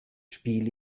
spiel